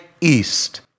east